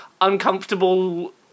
uncomfortable